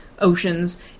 Oceans